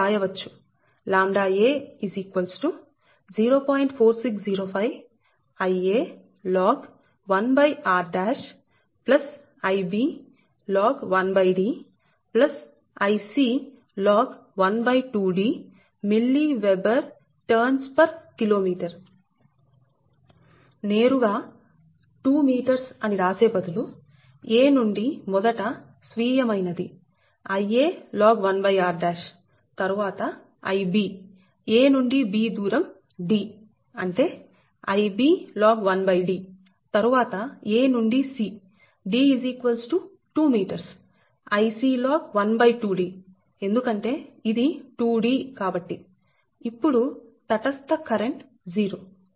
4605Ia log1r Ib log 1D Ic log 12 DmWb Tkm నేరుగా 2 m అని రాసే బదులు a నుండి మొదట స్వీయ మైనది Ia log1r తరువాత Ib a నుండి b దూరం D అంటే Ib log1D తరువాత a నుండి c D 2 metre Ic log 12D ఎందుకంటే ఇది 2D కాబట్టి